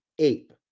ape